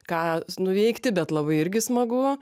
ką nuveikti bet labai irgi smagu